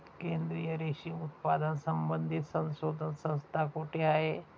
केंद्रीय रेशीम उत्पादन संबंधित संशोधन संस्था कोठे आहे?